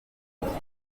yagiye